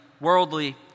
worldly